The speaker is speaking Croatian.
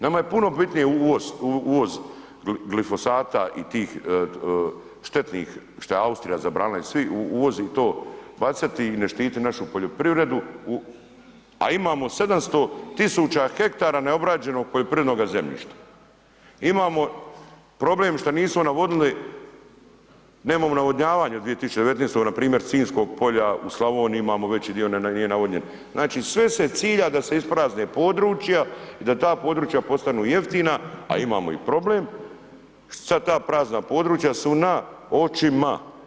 Nama je puno bitnije uvoz glifosata i tih štetnih šta je Austrija zabranila i svi uvozi to, bacati i ne štiti našu poljoprivredu, a imamo 700.000 hektara neobrađenog poljoprivrednog zemljišta, imamo problem šta nismo navodili nemamo navodnjavanje u 2019. npr. Sinjskog polja u Slavoniji imamo veći dio nije navodnjen, znači sve se cilja da se isprazne područja i da ta područja postanu jeftina, a imamo i problem što su sva ta područja na očima.